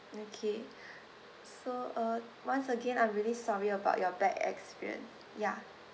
okay so uh once again I'm really sorry about your bad experience yeah